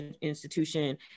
institution